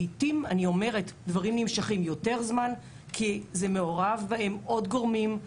לעיתים דברים נמשכים יותר זמן כי מעורבים בהם עוד גורמים,